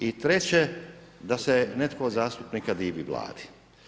I treće da se netko od zastupnika divi Vladi.